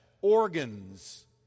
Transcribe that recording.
organs